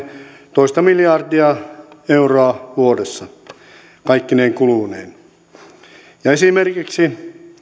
toista miljardia euroa vuodessa kaikkine kuluineen onko esimerkiksi